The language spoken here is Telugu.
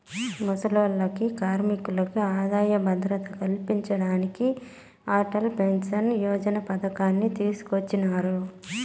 ముసలోల్లకి, కార్మికులకి ఆదాయ భద్రత కల్పించేదానికి అటల్ పెన్సన్ యోజన పతకాన్ని తీసుకొచ్చినారు